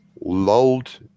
lulled